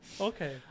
Okay